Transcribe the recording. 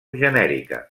genèrica